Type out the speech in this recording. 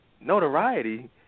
Notoriety